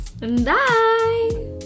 Bye